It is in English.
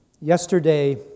Yesterday